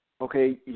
Okay